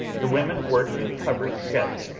the women work in covered sheds,